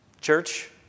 church